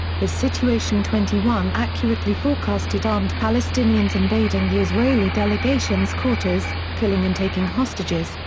his situation twenty one accurately forecasted armed palestinians invading the israeli delegation's quarters, killing and taking hostages,